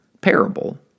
parable